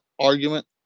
argument